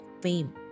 fame